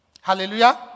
Hallelujah